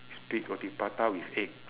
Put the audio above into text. is big roti prata with egg